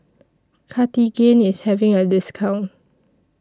Cartigain IS having A discount